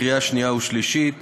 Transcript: התשע"ו